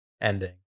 ending